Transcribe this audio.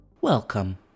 Welcome